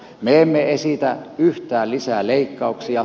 me emme esitä yhtään lisää leikkauksia